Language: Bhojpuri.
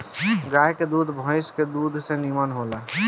गाय के दूध भइस के दूध से निमन होला